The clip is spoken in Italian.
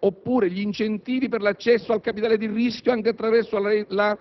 oppure incentivi per all'accesso al capitale di rischio, anche attraverso la